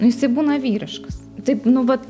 nu jisai būna vyriškas taip nu vat